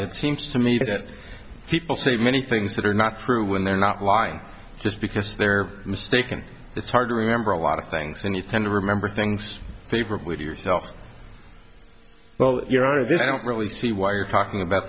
it seems to me that people say many things that are not true when they're not lying just because they're mistaken it's hard to remember a lot of things and you tend to remember things favorably to yourself well you're out of this don't really see why you're talking about